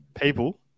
People